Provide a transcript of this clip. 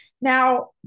Now